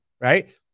right